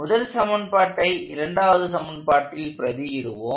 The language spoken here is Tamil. முதல் சமன்பாட்டை இரண்டாவது சமன்பாட்டில் பிரதியிடுவோம்